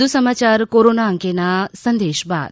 વધુ સમાચાર કોરોના અંગેના આ સંદેશ બાદ